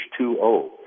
H2O